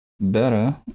better